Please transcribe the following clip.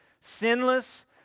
sinless